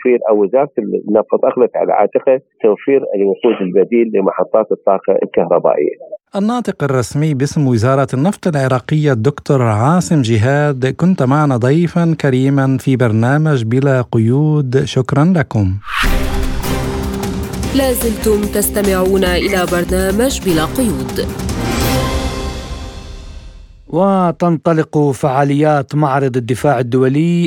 أو وزارة النفط أخذت على عاتقها توفير الوقود البديل لمحطات الطاقة الكهربائية. الناطق الرسمي باسم وزارة النفط العراقية الدكتور عاصم جهاد، كنت معنا ضيفاً كريماً في برنامج بلا قيود. شكراً لكم. لا زلتم تستمعون إلى برنامج بلا قيود. وتنطلق فعاليات معرض الدفاع الدولي